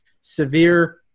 severe